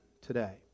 today